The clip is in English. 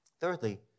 Thirdly